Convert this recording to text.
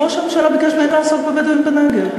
ראש הממשלה ביקש ממני לעסוק בבדואים בנגב,